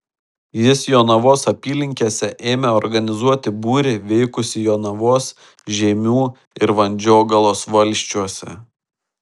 jis jonavos apylinkėse ėmė organizuoti būrį veikusį jonavos žeimių ir vandžiogalos valsčiuose